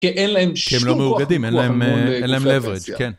כי אין להם שום כוח כוח... כי אין להם levrage